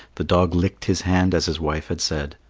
the dog licked his hand as his wife had said.